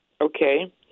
Okay